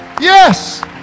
yes